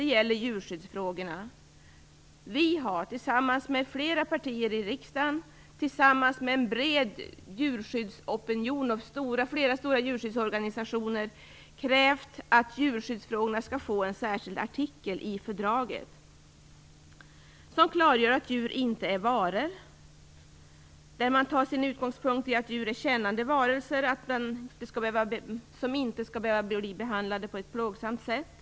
Vi i Vänsterpartiet har tillsammans med flera andra partier i riksdagen, en bred djurskyddsopinion och flera stora djurskyddsorganisationer krävt att djurskyddsfrågorna skall ha en särskild artikel i fördraget som klargör att djur inte är varor och där utgångspunkten är att djur är kännande varelser som inte skall behöva bli behandlade på ett plågsamt sätt.